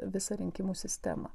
visą rinkimų sistemą